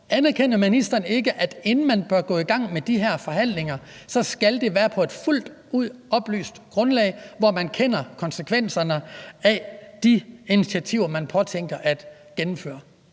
Anerkender ministeren ikke, at inden man bør gå i gang med de her forhandlinger, skal man have et fuldt ud oplyst grundlag, hvor man kender konsekvenserne af de initiativer, man påtænker at gennemføre?